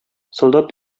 солдат